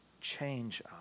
change